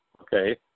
okay